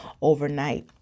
overnight